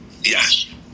Yes